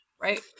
right